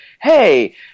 Hey